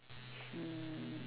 mm